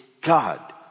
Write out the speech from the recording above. God